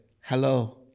hello